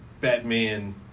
Batman